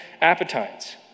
appetites